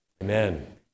Amen